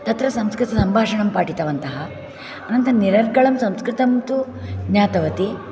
तत्र संस्कृतसम्भाषणं पाठितवन्तः अनन्तरं निरर्गलं संस्कृतं तु ज्ञातवती